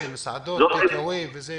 זאת